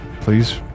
Please